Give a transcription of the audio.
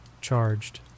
charged